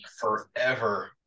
forever